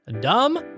dumb